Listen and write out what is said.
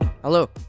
Hello